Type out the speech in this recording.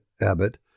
Abbott